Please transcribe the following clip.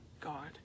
God